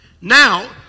Now